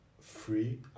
free